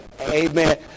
Amen